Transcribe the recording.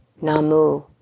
Namu